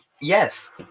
yes